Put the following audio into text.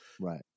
right